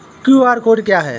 QR code क्या है?